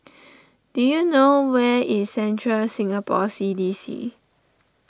do you know where is Central Singapore C D C